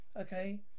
Okay